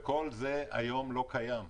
כל זה היום לא קיים.